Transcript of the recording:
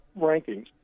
rankings